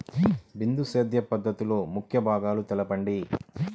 బిందు సేద్య పద్ధతిలో ముఖ్య భాగాలను తెలుపండి?